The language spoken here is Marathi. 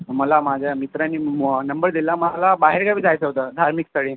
मला माझ्या मित्रानी नंबर दिला मला बाहेरगावी जायचं होतं धार्मिक स्थळी